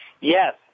Yes